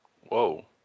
Whoa